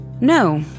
no